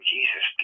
Jesus